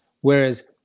Whereas